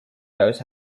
those